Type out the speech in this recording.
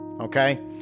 okay